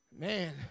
Man